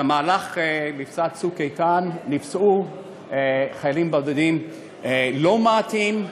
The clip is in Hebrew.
במהלך מבצע "צוק איתן" נפצעו חיילים בודדים לא מעטים,